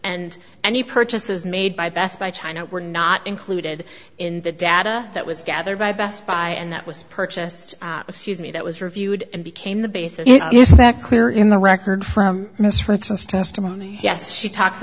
and any purchases made by best by china were not included in the data that was gathered by best buy and that was purchased excuse me that was reviewed and became the basis is that clear in the record from miss for instance testimony yes she talks